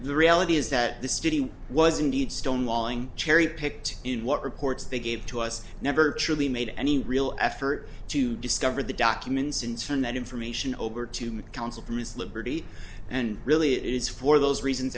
the reality is that this study was indeed stonewalling cherry picked in what reports they gave to us never truly made any real effort to discover the documents in turn that information over to make counsel from his liberty and really it is for those reasons